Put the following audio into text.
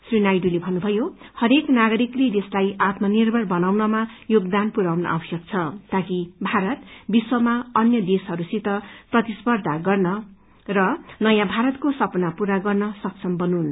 श्री नायडूले भन्नुभयो हरेक नागरिकले देशलाई आत्मनिभर्र बनाउनमा योगदान पुर्याउन आवश्यक छ ताकि भारत विश्वमा अन्य देशहरूसित प्रतिष्पर्धा गर्न सकोस र नयाँ भारतको सपना पूरा हुन सकोस्